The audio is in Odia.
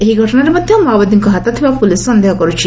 ଏହି ଘଟଶାରେ ମଧ ମାଓବାଦୀଙ୍କ ହାତ ଥିବା ପୋଲିସ୍ ସନ୍ଦେହ କରୁଛି